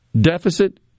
deficit